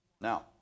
Now